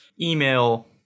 email